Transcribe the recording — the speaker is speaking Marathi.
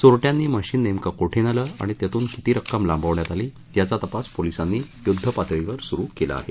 चोरटयांनी मशिन नेमके कोठे नेले आणि त्यातून किती रक्कम लांबवण्यात आली याचा तपास पोलिसांनी युध्द पातळीवर सुरु केला आहे